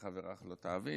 "דעלך סני לחברך לא תעביד".